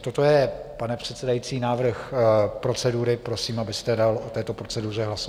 Toto je, pane předsedající, návrh procedury a prosím, abyste dal o této proceduře hlasovat.